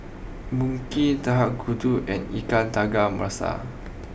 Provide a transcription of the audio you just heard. Mui Kee and Ikan Tiga Rasa